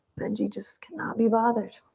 benji just can not be bothered.